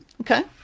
okay